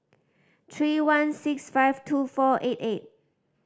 three one six five two four eight eight